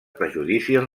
prejudicis